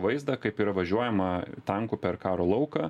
vaizdą kaip yra važiuojama tanku per karo lauką